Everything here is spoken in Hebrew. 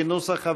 כנוסח הוועדה.